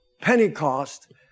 Pentecost